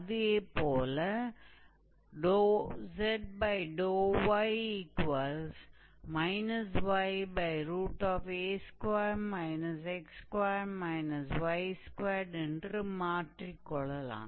அதே போல zy 2y2a2 x2 y2 என்பதை ya2 x2 y2 என்று மாற்றிக் கொள்ளலாம்